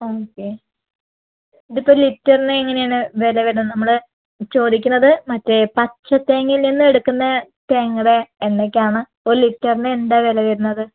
okay ഇതിപ്പോൾ ലിറ്ററിന് എങ്ങനെയാണ് വില വരുന്നത് നമ്മള് ചോദിക്കുന്നത് മറ്റേ പച്ച തേങ്ങയിൽ നിന്ന് എടുക്കുന്ന തേങ്ങയുടെ എണ്ണക്കാണ് ഒരു ലിറ്ററിന് എന്താ വില വരുന്നത്